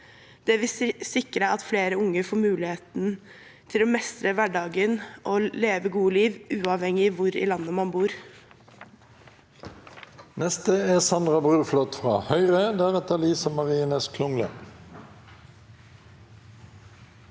Det vil sikre at flere unge får mulighet til å mestre hverdagen og leve et godt liv, uavhengig av hvor i landet man bor.